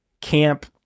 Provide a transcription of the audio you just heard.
camp